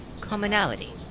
commonality